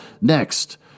next